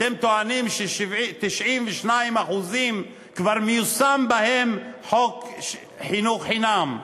אתם טוענים ש-92% כבר מיושם בהם חוק חינוך חינם.